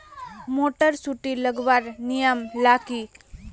Motor सुटी लगवार नियम ला की?